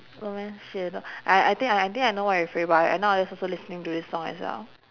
no meh xue l~ I I I think I know you're referring about I I nowadays also listening to this song as well